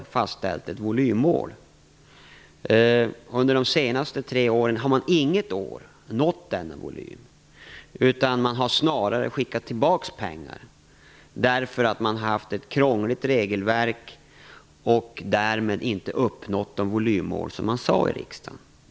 AMS har inte uppnått denna volym under något av de senaste tre åren, utan man har snarare skickat tillbaka pengar, därför att regelverket har varit så krångligt. Man har därmed inte uppnått de volymmål som riksdagen fastställt.